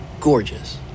gorgeous